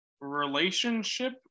relationship